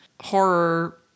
horror